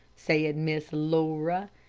said miss laura.